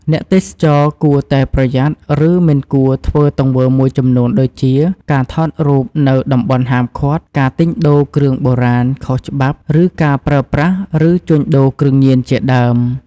អ្នកទេសចរគួរតែប្រយ័ត្ន ឬមិនគួរធ្វើទង្វើមួយចំនួនដូជា ការថតរូបនៅតំបន់ហាមឃាត់ ការទិញដូរគ្រឿងបុរាណខុសច្បាប់ និងការប្រើប្រាស់ ឬជួញដូរគ្រឿងញៀនជាដើម។